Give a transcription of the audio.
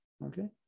Okay